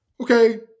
Okay